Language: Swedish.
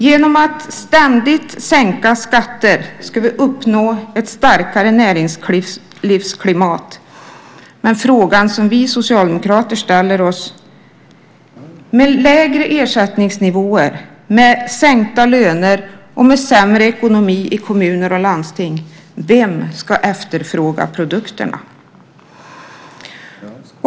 Genom att ständigt sänka skatter ska vi uppnå ett starkare näringslivsklimat, men frågan, som vi socialdemokrater ställer oss, är: Vem ska efterfråga produkterna när det blir lägre ersättningsnivåer, sänkta löner och sämre ekonomi i kommuner och landsting?